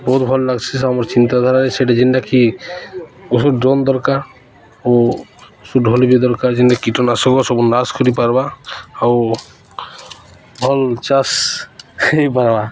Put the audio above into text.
ବହୁତ ଭଲ ଲାଗ୍ସି ସେ ଆମର୍ ଚିନ୍ତାଧାରାରେ ସେଟା ଯେନ୍ଟା କି ଉଷ ଡ୍ରୋନ୍ ଦରକାର ଓଷ ଢ଼ୋଲ୍ ବିି ଦରକାର ଯେନ୍ତା କୀଟନାଶକ ସବୁ ନାସ କରିପାର୍ବା ଆଉ ଭଲ ଚାଷ ହୋଇପାର୍ବା